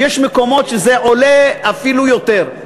ויש מקומות שזה עולה בהם אפילו יותר.